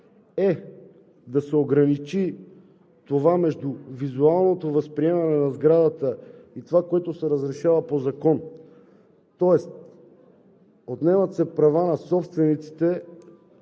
е да се ограничи това между визуалното възприемане на сградата и това, което се разрешава по Закон, тоест отнемат се права на собствениците